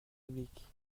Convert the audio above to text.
publique